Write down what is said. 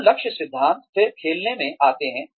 तो लक्ष्य सिद्धांत फिर खेलने में आता है